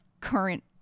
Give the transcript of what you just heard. current